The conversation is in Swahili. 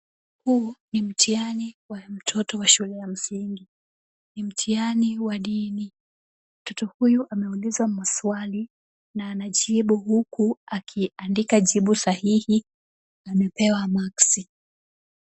Huu ni mtihani wa mtoto wa shule ya msingi, ni mtihani wa dini. Mtoto huyu ameulizwa maswali na anajibu huku akiandika jibu sahihi, amepewa maksi .